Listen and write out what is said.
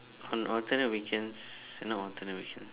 on alternate weekends not alternate weekends